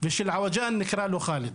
ושל עווג'אן, נקרא לו חאלד.